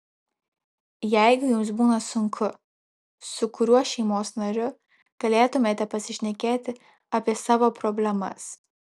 jeigu jums būna sunku su kuriuo šeimos nariu galėtumėte pasišnekėti apie savo problemas